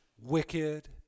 wicked